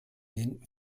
den